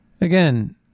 Again